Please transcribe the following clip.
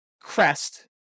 crest